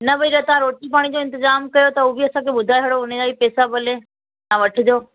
न भई तव्हां रोटी पाणी जो इंतिज़ामु कयो त हो बि असांखे ॿुधाइजो हुनजा बि पेसा भले तव्हां वठिजो